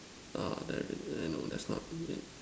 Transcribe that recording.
orh there is eh no there's not is it